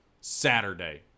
Saturday